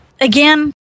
again